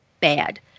bad